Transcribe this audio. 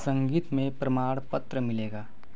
संगीत में प्रमाणपत्र मिलेगा